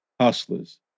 hustlers